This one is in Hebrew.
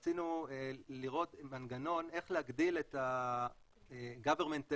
אנחנו רצינו לראות מנגנון איך להגדיל את ה-government take.